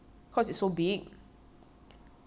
so we look at the size right